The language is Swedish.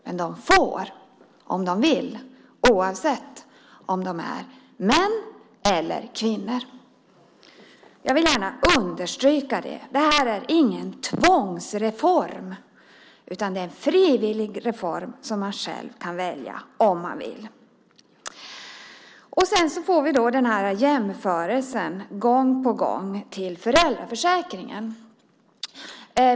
Men de får om de vill, oavsett om de är män eller kvinnor. Jag vill gärna understryka det. Det här är ingen tvångsreform, utan det är en frivillig reform som man själv kan välja om man vill. Så får vi då jämförelsen gång på gång med föräldraförsäkringen.